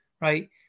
right